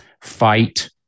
fight